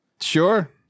Sure